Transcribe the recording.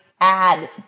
add